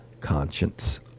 conscience